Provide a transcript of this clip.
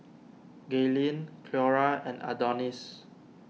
Gaylene Cleora and Adonis